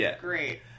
great